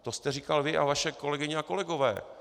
To jste říkal vy a vaše kolegyně a kolegové.